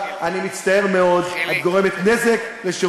שצריך לתת מענה לשרי